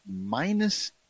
minus